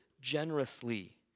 generously